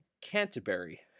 Canterbury